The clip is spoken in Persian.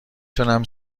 تونم